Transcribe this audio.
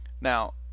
Now